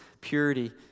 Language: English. purity